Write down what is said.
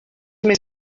més